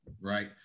Right